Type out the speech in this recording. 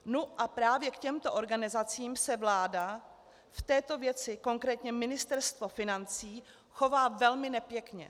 Nu a právě k těmto organizacím se vláda v této věci, konkrétně Ministerstvo financí, chová velmi nepěkně.